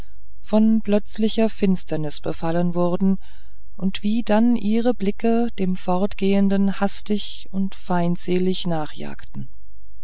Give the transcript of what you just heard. von plötzlicher finsternis befallen wurden und wie dann ihre blicke dem fortgehenden hastig und feindselig